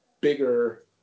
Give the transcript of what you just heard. bigger